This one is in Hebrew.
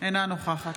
אינה נוכחת.